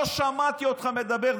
לא שמעתי אותך מדבר.